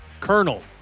Colonel